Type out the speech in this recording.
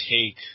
take